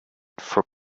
for